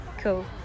Cool